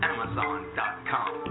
Amazon.com